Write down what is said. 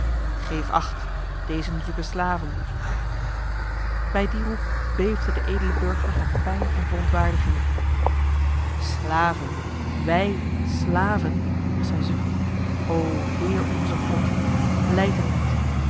geef acht dezen zoeken slaven bij die roep beefde de edele burger van pijn en verontwaardiging slaven wij slaven was zijn zucht o heer onze god lijd het niet